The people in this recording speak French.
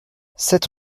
sept